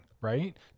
right